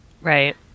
Right